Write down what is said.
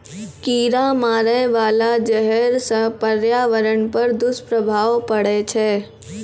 कीरा मारै बाला जहर सँ पर्यावरण पर दुष्प्रभाव पड़ै छै